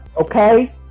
okay